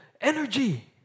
energy